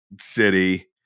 city